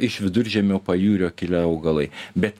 iš viduržemio pajūrio kilę augalai bet